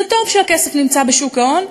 זה טוב שהכסף נמצא בשוק ההון,